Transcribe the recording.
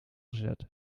gezet